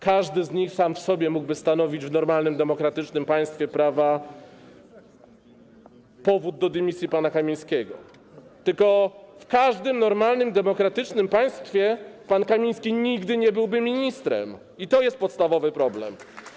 Każdy z nich sam w sobie, mógłby stanowić w normalnym demokratycznym państwie prawa powód do dymisji pana Kamińskiego, tylko w każdym normalnym demokratycznym państwie pan Kamiński nigdy nie byłby ministrem, i to jest podstawowy problem.